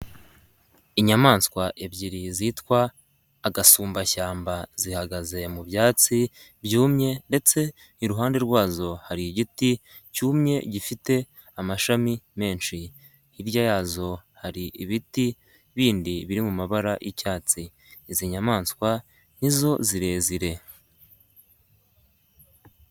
Inyamaswa ebyiri zitwa agasumbashyamba zihagaze mu byatsi byumye ndetse iruhande rwazo hari igiti cyumye gifite amashami menshi. Hirya yazo hari ibiti bindi biri mu mabara y'icyatsi. Izi nyamaswa nizo zirezire.